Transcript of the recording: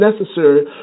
necessary